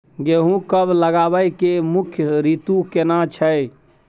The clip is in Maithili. गेहूं कब लगाबै के मुख्य रीतु केना छै?